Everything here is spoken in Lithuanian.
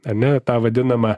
ar ne tą vadinamą